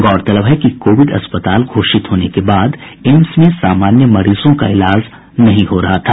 गौरतलब है कि कोविड अस्पलाल घोषित होने के बाद एम्स में सामान्य मरीजों का इलाज नहीं हो रहा था